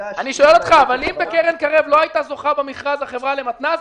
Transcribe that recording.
מעדיף שהחוק לא יחוקק ואני אפנה לציבור ואומר שהוועדה לא רוצה לסייע,